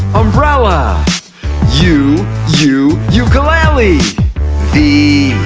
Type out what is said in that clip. umbrella u u ukulele v,